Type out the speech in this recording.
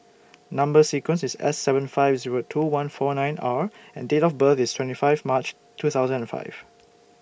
Number sequence IS S seven five Zero two one four nine R and Date of birth IS twenty five March two thousand and five